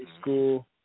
school